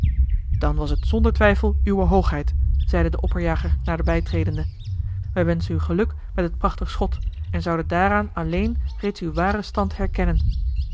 dan was het zonder twijfel uwe hoogheid zeide de opperjager naderbijtredende wij wenschen u geluk met het prachtig schot en zouden daaraan alleen reeds uw waren stand herkennen